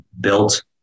built